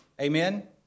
Amen